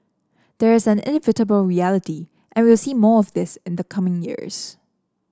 there is an inevitable reality and we'll see more of this in the coming years